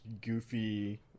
goofy